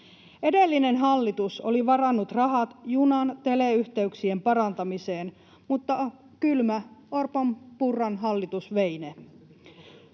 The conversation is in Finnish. Edellinen hallitus oli varannut rahat junan teleyhteyksien parantamiseen, mutta kylmä Orpon—Purran hallitus vei ne.